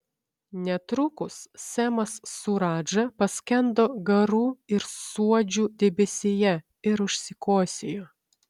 netrukus semas su radža paskendo garų ir suodžių debesyje ir užsikosėjo